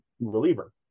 reliever